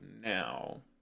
now